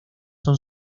son